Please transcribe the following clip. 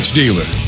dealer